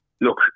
look